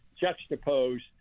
juxtaposed